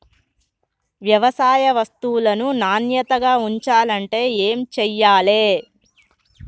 వ్యవసాయ వస్తువులను నాణ్యతగా ఉంచాలంటే ఏమి చెయ్యాలే?